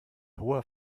hoher